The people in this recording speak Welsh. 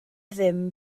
ddim